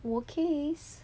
okays